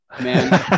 Man